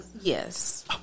Yes